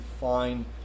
fine